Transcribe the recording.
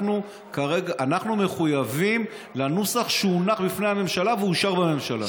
אנחנו מחויבים לנוסח שהונח בפני הממשלה ואושר בממשלה.